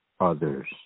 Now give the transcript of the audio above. others